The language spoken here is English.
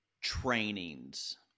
trainings